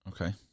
Okay